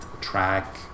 track